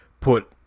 put